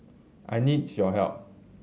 I need your help